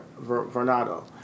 Vernado